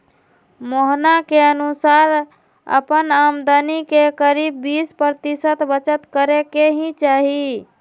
मोहना के अनुसार अपन आमदनी के करीब बीस प्रतिशत बचत करे के ही चाहि